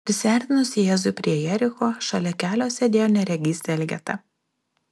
prisiartinus jėzui prie jericho šalia kelio sėdėjo neregys elgeta